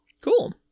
Cool